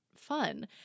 Fun